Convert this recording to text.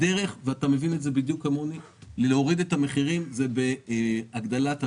הדרך להוריד את המחירים היא בהגדלת המלאי.